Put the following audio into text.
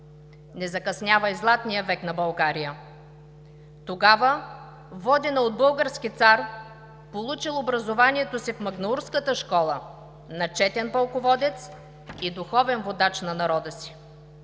Не закъснява и Златният век за България, тогава водена от български цар, получил образование в Магнаурската школа, начетен пълководец и духовен водач на народа си.